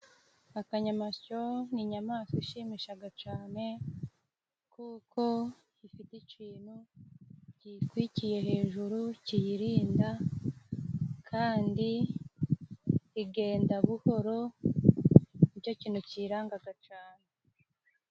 Akanyamasyo ni inyamaswa ishimishaga cane, kuko ifite icintu kiyitwikiye hejuru ciyirinda, kandi igenda buhoro nico kintu ciyirangaga cane.